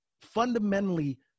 fundamentally